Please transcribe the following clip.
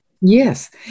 Yes